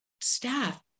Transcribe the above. staff